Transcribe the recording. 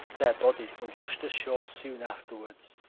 their bodies were washed ashore soon afterwards.